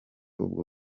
ubwo